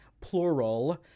Plural